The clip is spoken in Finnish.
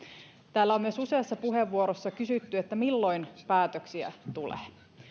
täällä on myös useassa puheenvuorossa kysytty milloin päätöksiä tulee